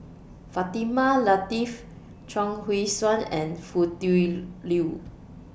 Fatimah Lateef Chuang Hui Tsuan and Foo Tui Liew